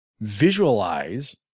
visualize